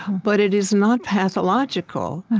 but it is not pathological.